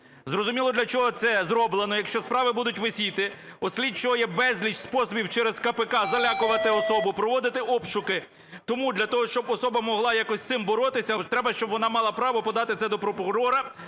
Зрозуміло, для чого це зроблено: якщо справи будуть висіти, у слідчого є безліч способів через КПК залякувати особу, проводити обшуки. Тому для того, щоб особа могла якось з цим боротися, треба щоб вона мала право подати це до прокурора.